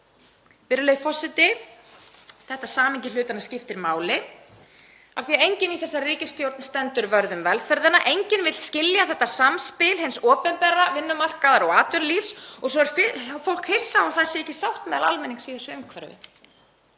Virðulegi forseti. Þetta samhengi hlutanna skiptir máli af því að enginn í þessari ríkisstjórn stendur vörð um velferðina, enginn vill skilja þetta samspil hins opinbera, vinnumarkaðar og atvinnulífs og svo er fólk hissa á að ekki sé sátt meðal almennings í þessu umhverfi.